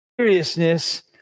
seriousness